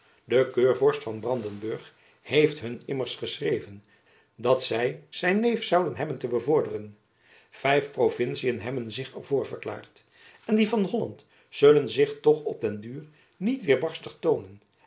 de keurvorst van brandenburg heeft hun immers geschreven dat zy zijn neef zouden hebben te bevorderen vijf provinciën hebben zich er voor verklaard en die van holland zullen zich toch op den duur niet weêrbarstig toonen